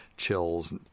chills